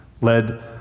led